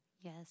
Yes